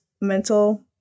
mental